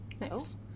Nice